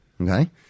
Okay